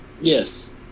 Yes